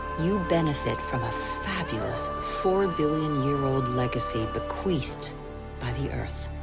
you benefit from a fabulous four billion year old legacy bequeathed by the earth.